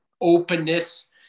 openness